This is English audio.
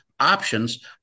options